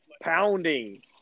pounding